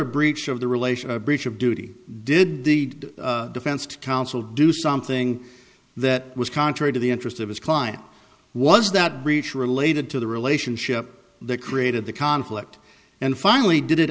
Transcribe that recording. a breach of the relation a breach of duty did the defense counsel do something that was contrary to the interest of his client was that breach related to the relationship that created the conflict and finally did it